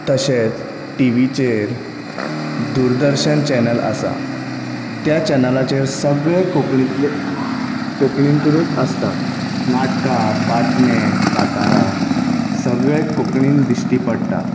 तशेंच टिवीचेर दूरदर्शन चॅनल आसा त्या चॅनलाचेर सगळें कोंकणीतले कोंकणीतुनूच आसता नाटकां बात्मे कांतारां सगळें कोंकणीन दिश्टी पडटा